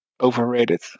Overrated